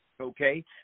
Okay